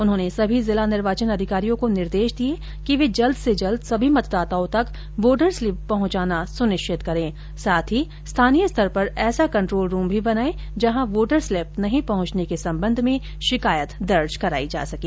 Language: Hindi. उन्होंने सभी जिला निर्वाचन अधिकारियों को निर्देश दिए कि वे जल्द से जल्द सभी मतदाताओं तक वोटर स्लीप पहुंचाना सुनिश्चित करें साथ ही स्थानीय स्तर पर ऐसा कंट्रोल रूम भी बनाएं जहां वोटर स्लीप नहीं पहुंचने के संबंध में शिकायत दर्ज कराई जा सकें